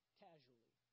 casually